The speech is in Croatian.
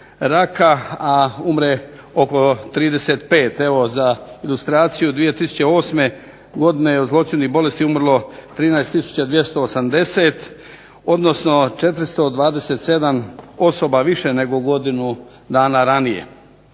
a umre oko 35. Evo za ilustraciju 2008. godine je od zloćudnih bolesti umrlo 13 tisuća 280, odnosno 427 osoba više nego godinu dana ranije.